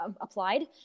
applied